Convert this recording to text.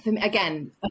Again